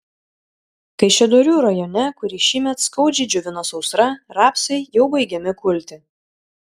kaišiadorių rajone kurį šįmet skaudžiai džiovino sausra rapsai jau baigiami kulti